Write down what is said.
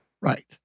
Right